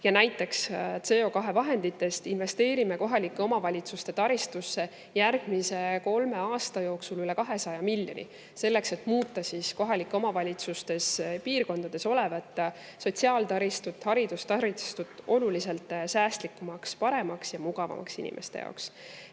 Ja näiteks CO2vahenditest investeerime kohalike omavalitsuste taristusse järgmise kolme aasta jooksul üle 200 miljoni, selleks et muuta kohalike omavalitsuste piirkondades olevat sotsiaaltaristut, haridustaristut oluliselt säästlikumaks, paremaks ja mugavamaks inimeste